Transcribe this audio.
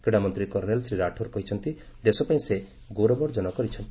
କ୍ରୀଡ଼ାମନ୍ତ୍ରୀ କର୍ଣ୍ଣେଲ ଶୀ ରାଠୋର କହିଛନ୍ତି ଦେଶ ପାଇଁ ସେ ଗୌରବ ଅର୍ଜନ କରିଛନ୍ତି